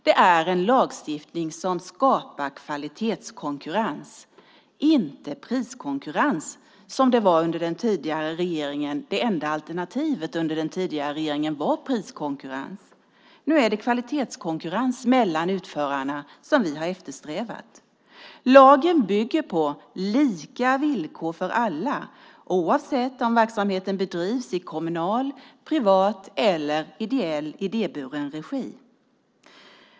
Det är en lagstiftning som skapar kvalitetskonkurrens, inte priskonkurrens som under den tidigare regeringen var det enda alternativet. Nu är det kvalitetskonkurrens mellan utförarna som vi har eftersträvat. Lagen bygger på lika villkor för alla, oavsett om verksamheten bedrivs i kommunal regi eller om den bedrivs i privat, ideell eller idéburen regi.